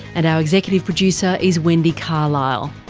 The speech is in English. and our executive producer is wendy carlisle.